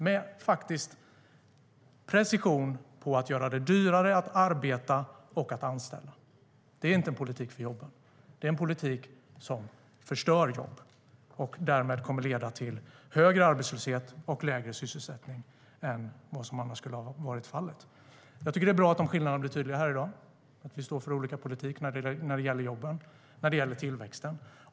Med precision gör ni det dyrare att arbeta och att anställa. Det är inte politik för jobben, det är en politik som förstör för jobben. Därmed kommer den att leda till högre arbetslöshet och lägre sysselsättning än vad som annars skulle ha varit fallet. Jag tycker att det är bra att de skillnaderna har blivit tydliga här i dag, att vi står för olika politik när det gäller jobben och tillväxten.